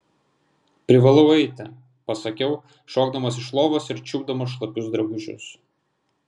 privalau eiti pasakiau šokdamas iš lovos ir čiupdamas šlapius drabužius